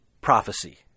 prophecy